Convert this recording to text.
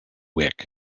wick